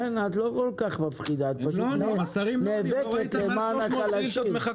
את לא כל כך מפחידה, את פשוט נאבקת למען החלשים.